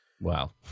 Wow